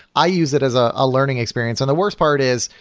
i use it as a ah learning experience. and the worst part is,